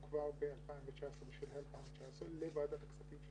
כבר בשלהי 2019 הגשנו לוועדת הכספים של